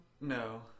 No